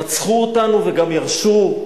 רצחו אותנו וגם ירשו.